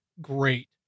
great